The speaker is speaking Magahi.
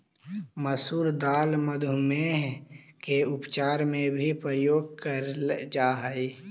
मसूर दाल मधुमेह के उपचार में भी प्रयोग करेल जा हई